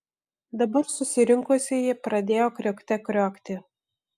dabar susirinkusieji pradėjo kriokte kriokti